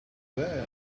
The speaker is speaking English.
there